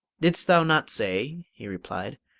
didst thou not say, he replied,